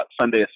Sunday